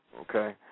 Okay